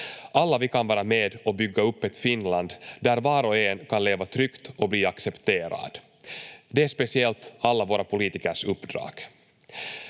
Alla vi kan vara med och bygga upp ett Finland där var och en kan leva tryggt och bli accepterad. Det är speciellt alla våra politikers uppdrag.